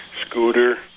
scooter